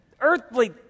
earthly